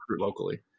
locally